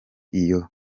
iyo